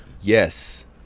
Yes